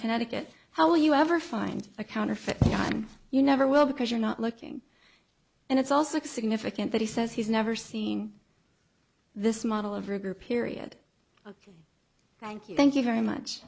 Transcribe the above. connecticut how will you ever find a counterfeit you never will because you're not looking and it's also significant that he says he's never seen this model of rigor period thank you thank you very much